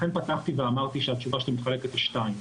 לכן פתחתי ואמרתי שהתשובה שלי מתחלקת לשניים,